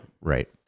Right